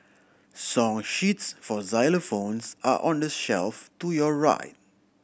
song sheets for xylophones are on the shelf to your right